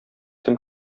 кем